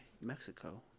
Mexico